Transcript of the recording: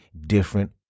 different